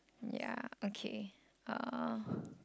ya okay uh